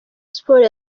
sports